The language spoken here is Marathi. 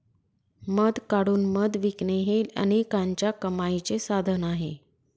मध काढून मध विकणे हे अनेकांच्या कमाईचे साधन आहे